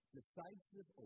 Decisive